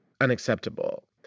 unacceptable